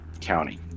County